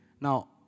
Now